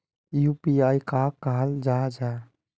UPI कहाक कहाल जाहा जाहा?